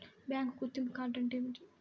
Bank గుర్తింపు card అంటే ఏమిటి?